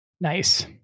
Nice